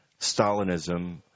Stalinism